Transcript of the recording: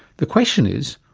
the question is,